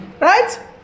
Right